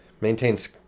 maintains